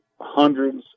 hundreds